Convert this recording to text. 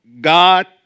God